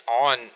on